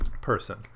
person